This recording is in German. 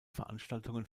veranstaltungen